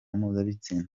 mpuzabitsina